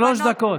שלוש דקות.